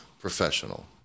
professional